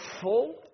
full